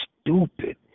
stupid